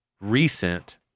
recent